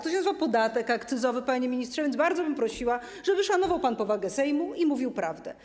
To się nazywa podatek akcyzowy, panie ministrze, więc bardzo bym prosiła, żeby szanował pan powagę Sejmu i mówił prawdę.